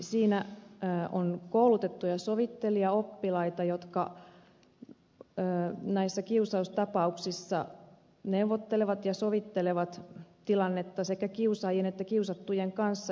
siinä on koulutettuja sovittelijaoppilaita jotka näissä kiusaustapauksissa neuvottelevat ja sovittelevat tilannetta sekä kiusaajien että kiusattujen kanssa